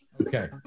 Okay